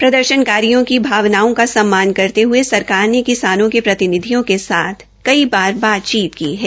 प्रदर्शनकारियों की भावनाओं का सम्मान करते हये सरकार ने किसानों प्रतिनिधियों के साथ कई बार बातचीत की है